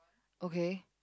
okay